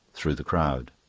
through the crowd.